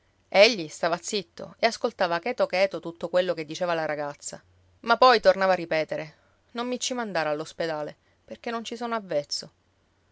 egli stava zitto e ascoltava cheto cheto tutto quello che diceva la ragazza ma poi tornava a ripetere non mi ci mandare all'ospedale perché non ci sono avvezzo